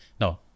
no